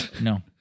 No